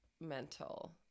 mental